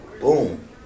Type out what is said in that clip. boom